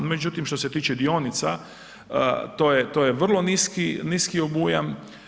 Međutim što se tiče dionica to je vrlo niski obujam.